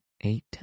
eight